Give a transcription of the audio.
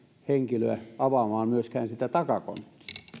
henkilöä avaamaan myöskään sitä takakonttia